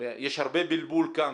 יש הרבה בלבול כאן.